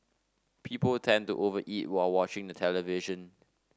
people tend to over eat while watching the television